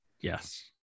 Yes